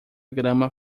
grama